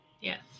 Yes